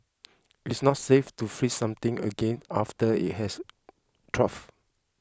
it is not safe to freeze something again after it has